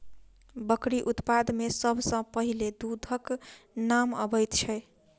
बकरी उत्पाद मे सभ सॅ पहिले दूधक नाम अबैत छै